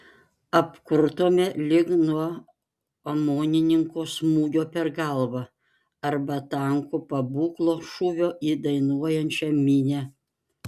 apkurtome lyg nuo omonininko smūgio per galvą arba tanko pabūklo šūvio į dainuojančią minią